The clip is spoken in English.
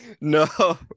No